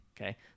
Okay